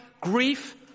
grief